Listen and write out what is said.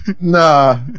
nah